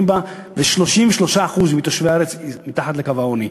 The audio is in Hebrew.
בה כש-33% מתושבי הארץ מתחת לקו העוני.